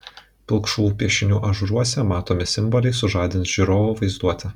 pilkšvų piešinių ažūruose matomi simboliai sužadins žiūrovo vaizduotę